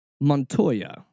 Montoya